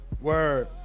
word